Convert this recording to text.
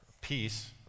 peace